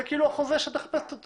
זה בעצם החוזה שאת רוצה.